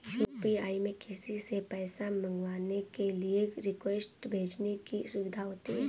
UPI में किसी से पैसा मंगवाने के लिए रिक्वेस्ट भेजने की सुविधा होती है